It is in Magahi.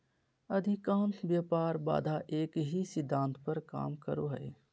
अधिकांश व्यापार बाधा एक ही सिद्धांत पर काम करो हइ